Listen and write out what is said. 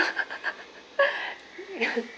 ya